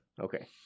Okay